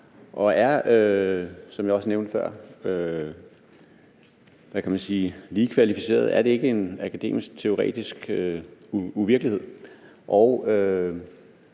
Og er – som jeg også nævnte før – hvad kan man sige, »lige kvalificerede« ikke en akademisk, teoretisk uvirkelighed?